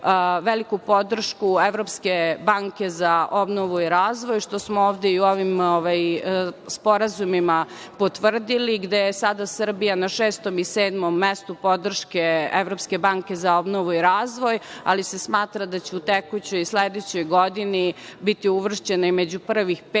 veliku podršku Evropske banke za obnovu i razvoj, što smo ovde i u ovim sporazumima potvrdili gde je sada Srbija na šestom i sedmom mestu podrške Evropske banke za obnovu i razvoj, ali se smatra da će u tekućoj, sledećoj godini biti uvršćena i među prvih pet